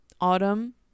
autumn